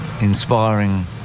inspiring